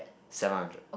seven hundred